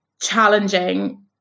challenging